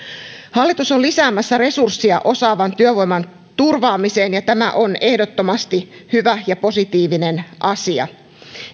hallitus on lisäämässä resurssia osaavan työvoiman turvaamiseen ja tämä on ehdottomasti hyvä ja positiivinen asia